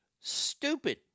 stupid